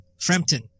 Frampton